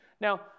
Now